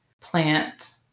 plant